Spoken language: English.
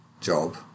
job